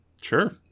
Sure